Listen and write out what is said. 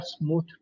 smooth